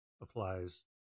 applies